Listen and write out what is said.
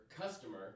customer